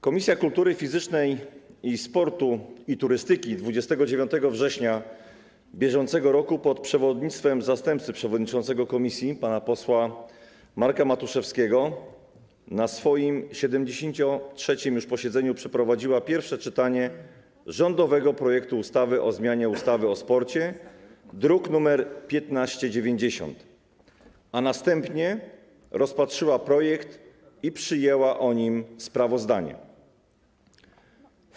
Komisja Kultury Fizycznej, Sportu i Turystyki 29 września br. pod przewodnictwem zastępcy przewodniczącego komisji pana posła Marka Matuszewskiego na 73. posiedzeniu przeprowadziła pierwsze czytanie rządowego projektu ustawy o zmianie ustawy o sporcie, druk nr 1590, a następnie rozpatrzyła projekt i przyjęła sprawozdanie o nim.